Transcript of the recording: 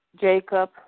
Jacob